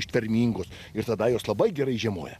ištvermingos ir tada jos labai gerai žiemoja